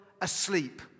asleep